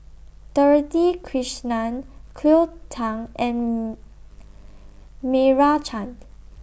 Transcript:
Dorothy Krishnan Cleo Thang and Meira Chand